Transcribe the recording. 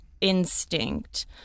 instinct